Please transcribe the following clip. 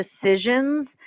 decisions